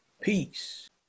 Peace